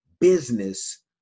business